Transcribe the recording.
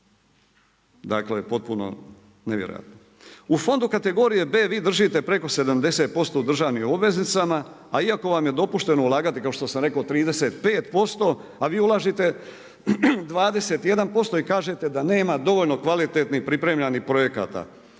Dakle, potpuno nevjerojatno. U fondu kategorije B vi držite preko 70% u državnim obveznicama a iako vam je dopušteno ulagati kao što sam rekao 35% a vi ulažete 21% i kažete da nema dovoljno kvalitetnih pripremljenih projekata.